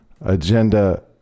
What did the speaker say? agenda